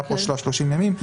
ההגבלה של 30 הימים,